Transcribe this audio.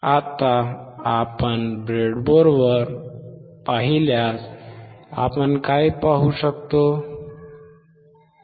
आत्ता आपण ब्रेडबोर्डवर पाहिल्यास आपण काय पाहू शकता